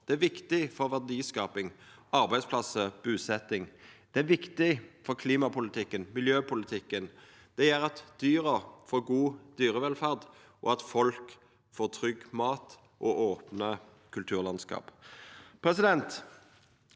Det er viktig for verdiskaping, arbeidsplassar og busetjing. Det er viktig for klimapolitikken og miljøpolitikken. Det gjer at dyra får god dyrevelferd, og at folk får trygg mat og opne kulturlandskap. I